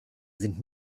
sind